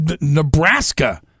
Nebraska